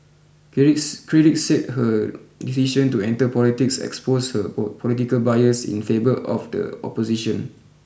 critics said her decision to enter politics exposed her political bias in favour of the opposition